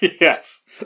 Yes